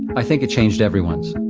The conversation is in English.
i think it changed everyone's.